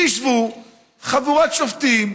ותשב חבורת שופטים,